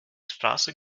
straße